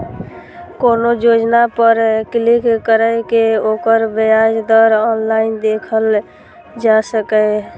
कोनो योजना पर क्लिक कैर के ओकर ब्याज दर ऑनलाइन देखल जा सकैए